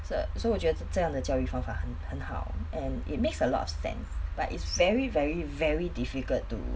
so so 我觉得这样的教育方法很很好 and it makes a lot of sense but it's very very very difficult to